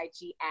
ig